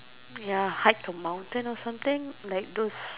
ya hike a mountain or something like those